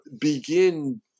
begin